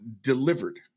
delivered